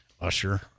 Usher